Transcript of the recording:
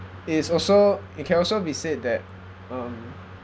it is also it can also be said that um